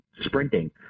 sprinting